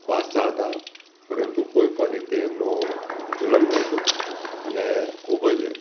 બાદશાહ હતા પરંતુ કોઈ પણ રીતે એમનો જુલમ નહોતો અને ખૂબ જ